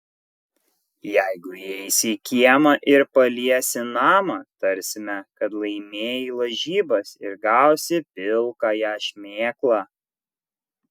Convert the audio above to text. jeigu įeisi į kiemą ir paliesi namą tarsime kad laimėjai lažybas ir gausi pilkąją šmėklą